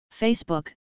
Facebook